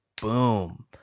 boom